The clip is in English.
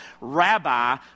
rabbi